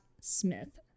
Smith